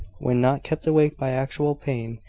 when not kept awake by actual pain,